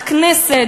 הכנסת,